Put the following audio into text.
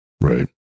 Right